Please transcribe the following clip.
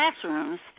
classrooms